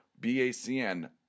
BACN